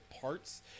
parts